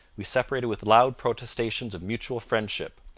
we separated with loud protestations of mutual friendship.